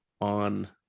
on